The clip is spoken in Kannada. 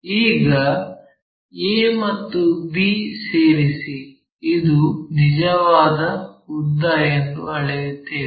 ಈಗ a ಮತ್ತು b ಸೇರಿಸಿ ಇದು ನಿಜವಾದ ಉದ್ದ ಎಂದು ಅಳೆಯುತ್ತೇವೆ